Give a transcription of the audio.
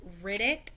Riddick